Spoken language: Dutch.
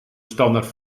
standaard